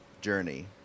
journey